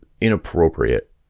inappropriate